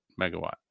Megawatt